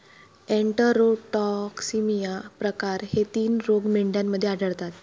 enterotoxaemia प्रकार हे तीन रोग मेंढ्यांमध्ये आढळतात